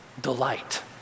delight